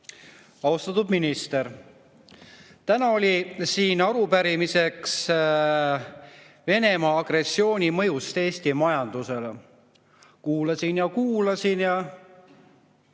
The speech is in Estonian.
Austatud minister! Täna oli siin arupärimine Venemaa agressiooni mõjust Eesti majandusele. Kuulasin ja kuulasin ja